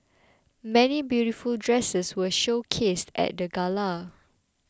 many beautiful dresses were showcased at the gala